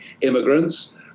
immigrants